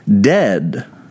dead